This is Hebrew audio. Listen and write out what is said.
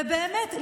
ובאמת,